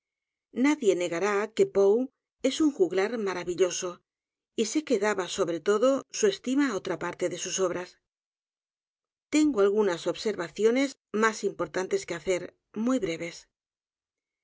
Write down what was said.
a r á que poe es un j u g l a r maravilloso y sé que daba sobre todo su estima á otra parte de sus obras tengo algunas observaciones más importartes que hacer muy breves